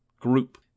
group